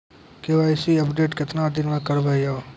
KYC update केतना दिन मे करेबे यो?